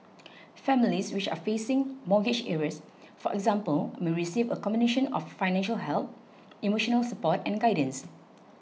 families which are facing mortgage arrears for example may receive a combination of financial help emotional support and guidance